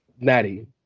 Natty